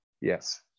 Yes